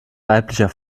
weiblicher